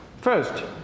First